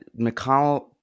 McConnell